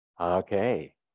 Okay